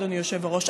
אדוני היושב-ראש.